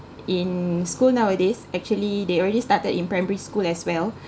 in school nowadays actually they already started in primary school as well